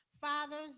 Fathers